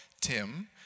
Tim